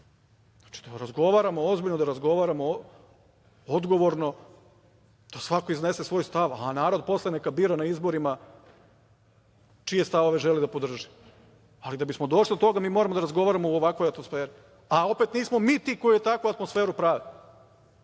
šta. Znači da razgovaramo ozbiljno, da razgovaramo odgovorno, da svako iznese svoj stav, a narod posle neka bira na izborima čije stavove želi da podrži, ali da bismo došli do toga mi moramo da razgovaramo u ovakvoj atmosferi, a opet nismo mi ti koji takvu atmosferu prave,